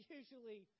usually